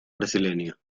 brasileña